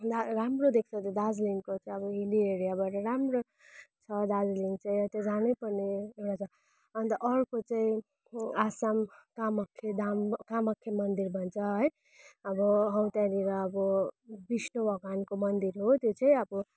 दा राम्रो देख्छ त्यो दार्जिलिङको चाहिँ अब हिल्ली एरिया भएर राम्रो छ दार्जिलिङ चाहिँ त्यो जानैपर्ने एउटा छ अन्त अर्को चाहिँ हो आसम कामाख्या धाम कामाख्या मन्दिर भन्छ है अब हौ त्यहाँनिर अब विष्णु भगवान्को मन्दिर हो त्यो चाहिँ अब